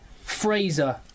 Fraser